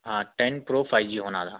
ہاں ten pro five G ہونا تھا